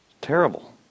terrible